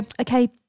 okay